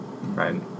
Right